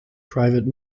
private